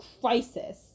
crisis